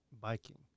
biking